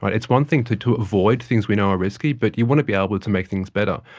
but it's one thing to to avoid things we know are risky, but you want to be able to make things better.